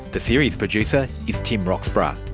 the series producer is tim roxburgh,